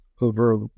over